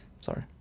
Sorry